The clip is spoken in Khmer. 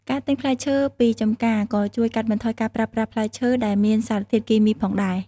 ការទិញផ្លែឈើពីចម្ការក៏ជួយកាត់បន្ថយការប្រើប្រាស់ផ្លែឈើដែលមានសារធាតុគីមីផងដែរ។